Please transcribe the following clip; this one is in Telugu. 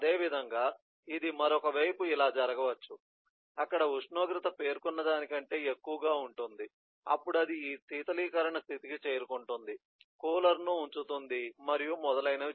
అదేవిధంగా ఇది మరొక వైపు ఇలా జరగవచ్చు అక్కడ ఉష్ణోగ్రత పేర్కొన్న దానికంటే ఎక్కువగా ఉంటుంది అప్పుడు అది ఈ శీతలీకరణ స్థితికి చేరుకుంటుంది కూలర్ను ఉంచుతుంది మరియు మొదలైనవి